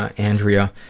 ah andrea,